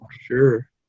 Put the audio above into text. sure